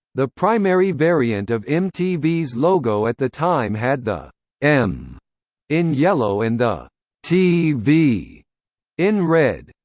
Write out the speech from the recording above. the primary variant of mtv's logo at the time had the m in yellow and the tv in red.